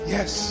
Yes